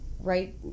Right